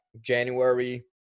January